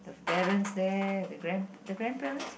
the parents there the grandp~ the grandparents